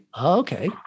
Okay